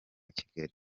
kigali